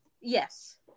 Yes